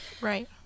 Right